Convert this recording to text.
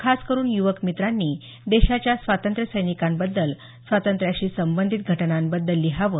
खासकरून युवक मित्रांनी देशाच्या स्वातंत्र्यसैनिकांबद्दल स्वातंत्र्याशी संबंधित घटनांबद्दल लिहावं